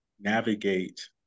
navigate